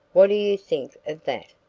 what do you think of that?